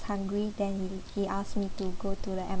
hungry then he he asked me to go to the